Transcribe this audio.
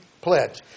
pledge